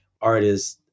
artists